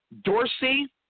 Dorsey